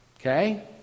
Okay